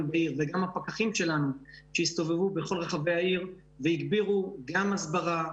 בעיר וגם הפקחים שלנו שהסתובבו בכל רחבי העיר והגבירו גם הסברה,